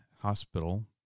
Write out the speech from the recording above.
hospital